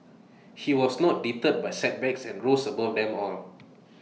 he was not deterred by setbacks and rose above them all